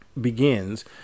begins